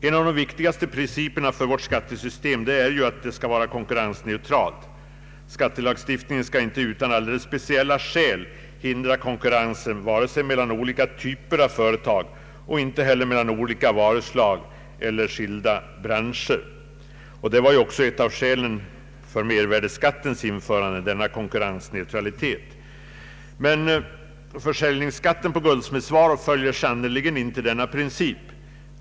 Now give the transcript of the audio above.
En av de viktigaste principerna för vårt skattesystem är att det skall vara konkurrensneutralt. Skattelagstiftningen skall inte utan alldeles speciella skäl hindra konkurrensen vare sig mellan olika typer av företag, mellan olika varuslag eller mellan skilda branscher. Denna konkurrensneutralitet angavs också som ett av skälen till mervärdeskattens införande. Försäljningsskatten på guldsmedsvaror följer sannerligen inte denna princip.